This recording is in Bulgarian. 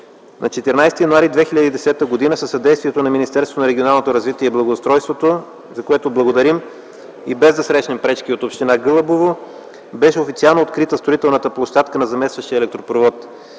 На 14 януари 2010 г. със съдействието на Министерството на регионалното развитие и благоустройството, за което благодарим, и без да срещнем пречки от община Гълъбово, беше официално открита строителната площадка на заместващия електропровод.